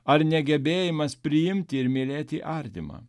ar negebėjimas priimti ir mylėti artimą